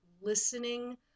listening